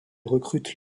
recrutent